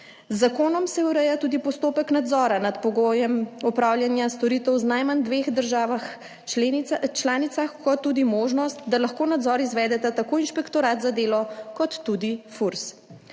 Z zakonom se ureja tudi postopek nadzora nad pogojem opravljanja storitev v najmanj dveh državah članicah, kot tudi možnost, da lahko nadzor izvedeta tako Inšpektorat za delo kot tudi Furs.